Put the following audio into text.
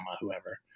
whoever